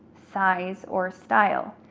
size, or style.